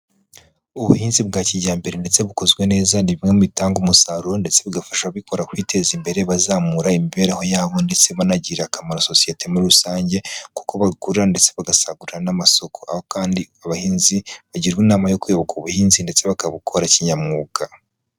Ubuhinzi bwa kijyambere ndetse bukozwe neza, ni bimwe mu bitanga umusaruro ndetse bugafasha abikora kwiteza imbere, bazamura imibereho yabo ndetse banagirira akamaro sosiyete muri rusange, kuko bagura ndetse bagasagurira n'amasoko. Aho kandi abahinzi bagirwa inama yo kuyoboka ubuhinzi ndetse bakabukora kinyamwuga.